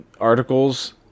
articles